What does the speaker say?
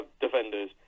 defenders